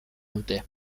dute